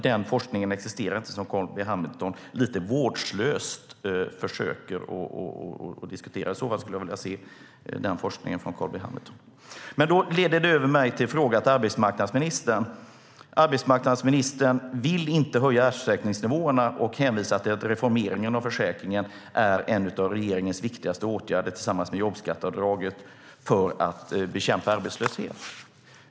Den forskning som Carl B Hamilton lite vårdslöst försöker diskutera existerar inte. I så fall skulle jag vilja se den forskningen presenteras av Carl B Hamilton. Det leder mig över till en fråga till arbetsmarknadsministern. Arbetsmarknadsministern vill inte höja ersättningsnivåerna och hänvisar till att reformeringen av försäkringen är en av regeringens viktigaste åtgärder tillsammans med jobbskatteavdraget för att bekämpa arbetslöshet.